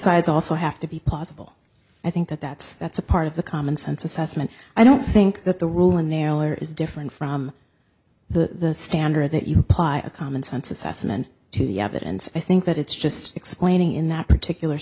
sides also have to be plausible i think that that's that's a part of the commonsense assessment i don't think that the ruling nailer is different from the standard that you buy a common sense assessment to the evidence i think that it's just explaining in that particular